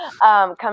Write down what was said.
come